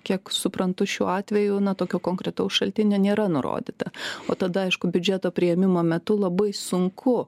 kiek suprantu šiuo atveju na tokio konkretaus šaltinio nėra nurodyta o tada aišku biudžeto priėmimo metu labai sunku